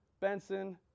Benson